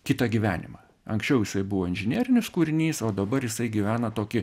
kitą gyvenimą anksčiau jisai buvo inžinerinis kūrinys o dabar jisai gyvena tokį